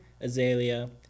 azalea